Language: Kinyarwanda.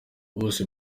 bose